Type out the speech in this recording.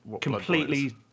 Completely